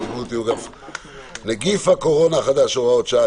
להתמודדות עם נגיף הקורונה החדש (הוראת שעה),